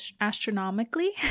astronomically